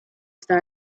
star